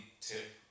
tip